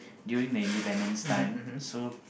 during the independence time so